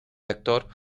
actor